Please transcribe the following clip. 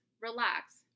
relax